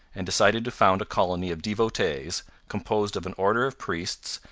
and decided to found a colony of devotees, composed of an order of priests,